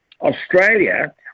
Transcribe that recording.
Australia